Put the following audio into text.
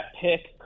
pick